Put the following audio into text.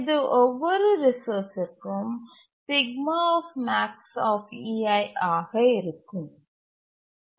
இது ஒவ்வொரு ரிசோர்ஸ்ற்கும் ஆக இருக்கும்